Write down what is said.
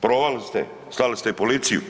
Provali ste, slali ste i policiju.